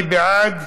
מי בעד?